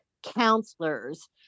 counselors